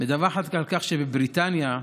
מדווחת על כך שבבריטניה,